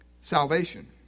salvation